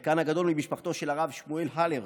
חלקן הגדול ממשפחתו של הרב שמואל הלר,